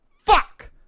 Fuck